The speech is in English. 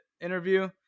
interview